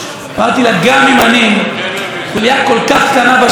אמרתי לה: גם אם אני חוליה כל כך קטנה בשרשרת